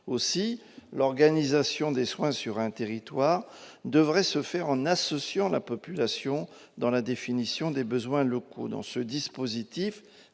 Aussi l'organisation des soins sur un territoire devrait-elle se faire en associant la population à la définition des besoins locaux. Dans ce dispositif,